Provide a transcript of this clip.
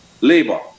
Labour